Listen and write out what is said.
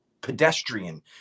pedestrian